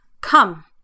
Come